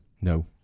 No